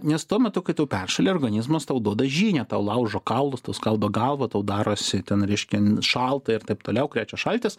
nes tuo metu kai tu peršali organizmas tau duoda žinią tau laužo kaulus tau skaldo galvą tau darosi ten reiškia n šalta ir taip toliau krečia šaltis